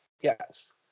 Yes